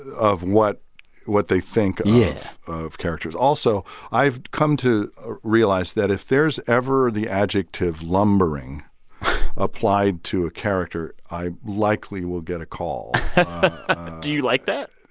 ah of what what they think yeah of characters. also, i've come to realize that if there is ever the adjective lumbering applied to a character, i likely will get a call do you like that?